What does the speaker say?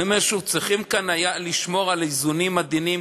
ואני אומר שוב: צריכים כאן לשמור על איזונים עדינים.